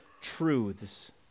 truths